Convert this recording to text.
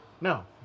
No